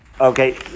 Okay